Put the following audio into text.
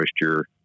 moisture